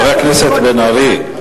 חבר הכנסת בן-ארי,